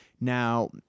Now